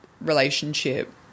relationship